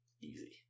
Easy